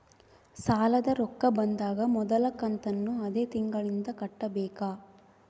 ಸಾಲದ ರೊಕ್ಕ ಬಂದಾಗ ಮೊದಲ ಕಂತನ್ನು ಅದೇ ತಿಂಗಳಿಂದ ಕಟ್ಟಬೇಕಾ?